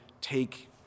take